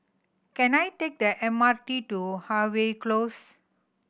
can I take the M R T to Harvey Close